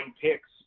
picks